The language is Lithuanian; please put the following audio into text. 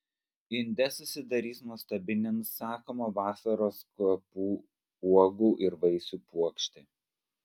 inde susidarys nuostabi nenusakomo vasaros kvapų uogų ir vaisių puokštė